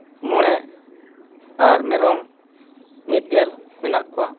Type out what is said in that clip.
ᱢᱚᱬᱮ ᱟᱨ ᱢᱮᱨᱚᱢ ᱢᱤᱫᱜᱮᱞ ᱢᱮᱱᱟᱜ ᱠᱚᱣᱟ